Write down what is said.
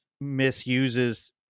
misuses